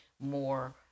more